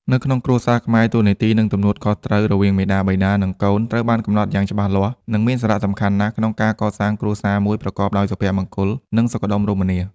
នៅក្នុងគ្រួសារខ្មែរ តួនាទី និងទំនួលខុសត្រូវ រវាងមាតាបិតា និងកូន ត្រូវបានកំណត់យ៉ាងច្បាស់លាស់ និងមានសារៈសំខាន់ណាស់ក្នុងការកសាងគ្រួសារមួយប្រកបដោយសុភមង្គល និងសុខដុមរមនា។